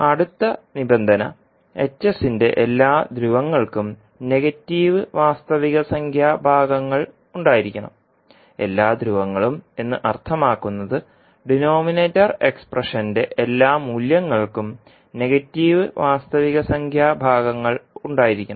അടുത്ത നിബന്ധന ന്റെ എല്ലാ ധ്രുവങ്ങൾക്കും നെഗറ്റീവ് വാസ്തവികസംഖ്യാ ഭാഗങ്ങൾ ഉണ്ടായിരിക്കണം എല്ലാ ധ്രുവങ്ങളും എന്ന് അർത്ഥമാക്കുന്നത് ഡിനോമിനേറ്റർ എക്സ്പ്രഷന്റെ എല്ലാ മൂല്യങ്ങൾക്കും നെഗറ്റീവ് വാസ്തവികസംഖ്യാ ഭാഗങ്ങൾ ഉണ്ടായിരിക്കണം